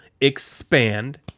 Expand